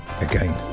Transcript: again